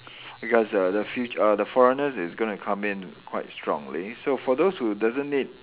because the the fu~ uh the foreigners is gonna come in quite strongly so for those who doesn't need